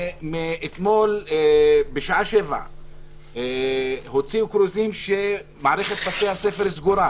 אתמול בשעה 19:00 הוציאו כרוזים שמערכת בתי הספר סגורה,